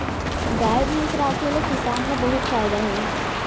गाय भईंस राखे ले किसान ल बहुत फायदा हे